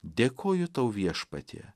dėkoju tau viešpatie